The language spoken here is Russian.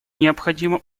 необходимо